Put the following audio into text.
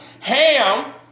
Ham